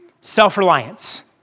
self-reliance